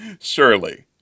surely